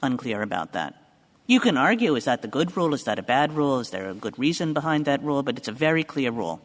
unclear about that you can argue is that the good rule is that a bad rule is there are good reason behind that rule but it's a very clear rule